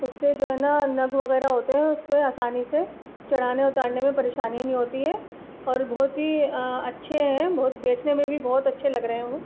اس سے جو ہے نہ نگ وغیرہ ہوتے ہیں اس پہ آسانی سے چڑھانے اتارنے میں پریشانی نہیں ہوتی ہے اور بہت ہی اچھے ہیں بہت دیکھنے میں بھی بہت اچھے لگ رہے ہیں وہ